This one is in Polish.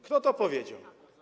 Kto to powiedział?